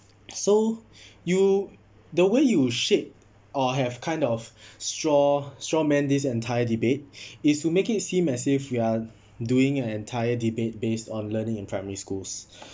so you the way you shape or have kind of straw straw man this entire debate is to make it seem as if we are doing an entire debate based on learning in primary schools